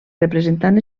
representant